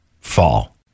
fall